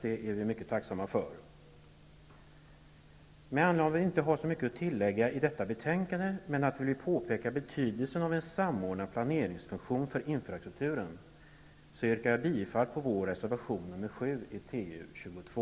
Det är vi mycket tacksamma för. Med anledning av att vi inte har så mycket att tillägga i betänkandet men att vi vill påpeka betydelsen av en samordnad planeringsfunktion för infrastrukturen, yrkar jag bifall till vår reservation nr 7 i trafikutskottets betänkande nr 22.